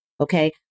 Okay